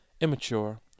Immature